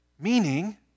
Meaning